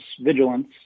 vigilance